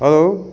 hello